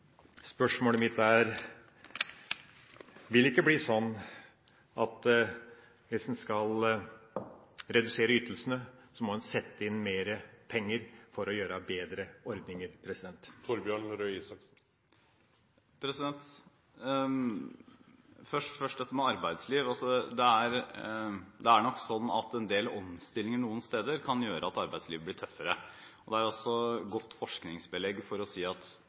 Spørsmålet mitt er: Vil det ikke bli sånn at hvis en skal redusere ytelsene, må en sette inn mer penger for å lage bedre ordninger? Først dette med arbeidsliv: Det er nok slik at en del omstillinger noen steder kan gjøre at arbeidslivet blir tøffere. Det er også godt forskningsbelegg for å si at